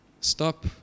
Stop